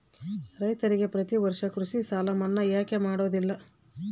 ರೈತರಿಗೆ ಪ್ರತಿ ವರ್ಷ ಕೃಷಿ ಸಾಲ ಮನ್ನಾ ಯಾಕೆ ಮಾಡೋದಿಲ್ಲ?